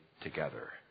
together